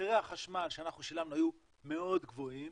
מחירי החשמל שאנחנו שילמנו היו מאוד גבוהים.